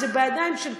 זה בידיים של כולנו,